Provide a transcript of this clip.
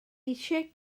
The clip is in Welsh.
eisiau